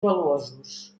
valuosos